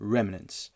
Remnants